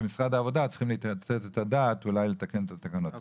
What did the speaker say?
כמשרד העבודה צריכים לתת את הדעת ואולי לתקן את התקנות האלה.